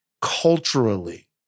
Culturally